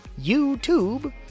YouTube